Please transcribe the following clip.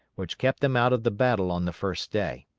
which kept them out of the battle on the first day.